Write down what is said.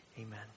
Amen